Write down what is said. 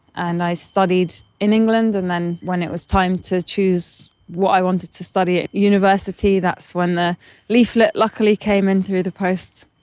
and i studied in england, and then when it was time to choose what i wanted to study at university, that's when the leaflet luckily came in through the post.